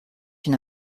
une